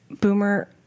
Boomer